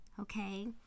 Okay